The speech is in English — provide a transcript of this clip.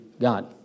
God